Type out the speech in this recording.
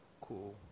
Cool